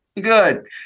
Good